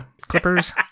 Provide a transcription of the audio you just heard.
clippers